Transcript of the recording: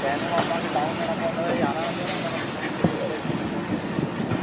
पहिरों भाउ तव्हांखे डाउन ॾियणा पवंदुव यारहां हज़ार हुन खां पोइ ताईं सिविल चैक करिणी पवंदी घणी अथव